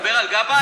אתה מדבר על גבאי?